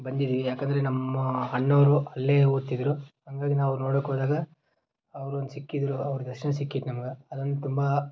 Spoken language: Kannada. ಬಂದಿದೀವಿ ಯಾಕಂದರೆ ನಮ್ಮ ಅಣ್ಣಾವ್ರು ಅಲ್ಲಿಯೇ ಓದ್ತಿದ್ದರು ಹಾಗಾಗಿ ನಾವು ಅವ್ರ ನೋಡೋಕೆ ಹೋದಾಗ ಅವ್ರೊಂದು ಸಿಕ್ಕಿದ್ದರು ಅವ್ರ ದರ್ಶನ ಸಿಕ್ಕಿತ್ತು ನಮ್ಗೆ ಅದೊಂದು ತುಂಬ